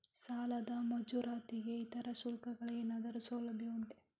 ಸಾಲದ ಮಂಜೂರಾತಿಗೆ ಇತರೆ ಶುಲ್ಕಗಳ ಏನಾದರೂ ಸೌಲಭ್ಯ ಉಂಟೆ?